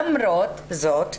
למרות זאת,